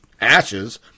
ashes